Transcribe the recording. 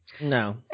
no